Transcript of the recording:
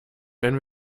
wenn